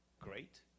great